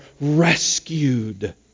rescued